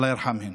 אללה ירחמם.